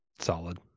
Solid